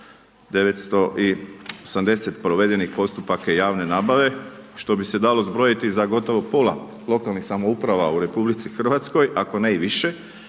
80 provedenih postupaka javne nabave, što bi se dalo zbrojiti za gotovo pola lokalnih samouprava u RH, ako ne i više,